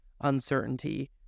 uncertainty